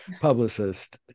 publicist